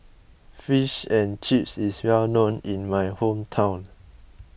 Fish and Chips is well known in my hometown